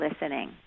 listening